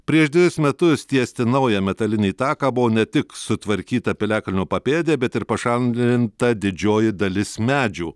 prieš dvejus metus tiesti naują metalinį taką buvo ne tik sutvarkyta piliakalnio papėdė bet ir pašalinta didžioji dalis medžių